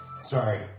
Sorry